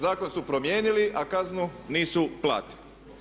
Zakon su promijenili, a kaznu nisu platili.